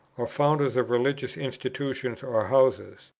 or founders of religious institutions or houses.